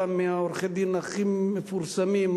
אתה מעורכי-הדין הכי מפורסמים,